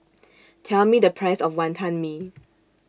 Tell Me The Price of Wantan Mee